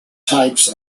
types